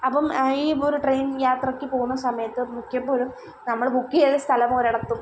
അപ്പം ഈ ഇപ്പോൾ ഒരു ട്രെയിൻ യാത്രയ്ക്ക് പോകുന്ന സമയത്ത് മിക്കപ്പോഴും നമ്മൾ ബുക്ക് ചെയ്ത സ്ഥലമൊരിടത്തും